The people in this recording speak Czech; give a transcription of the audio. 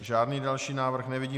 Žádný další návrh nevidím.